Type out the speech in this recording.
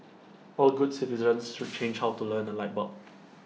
all good citizens should change how to learn A light bulb